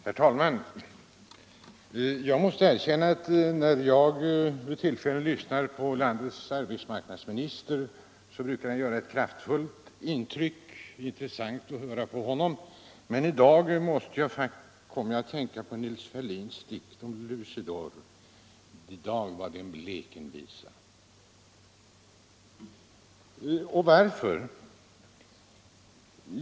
Herr talman! Jag måste erkänna att när jag har tillfälle lyssna på landets arbetsmarknadsminister så tycker jag att han brukar göra ett kraftfullt intryck och det är intressant att höra på honom. Men i dag kom jag faktiskt att tänka på Nils Ferlins dikt om Lucidor: I dag var det ”en blek en visa”. Varför?